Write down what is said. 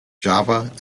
java